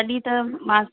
तॾहिं त मां